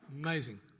Amazing